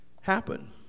happen